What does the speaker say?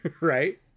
right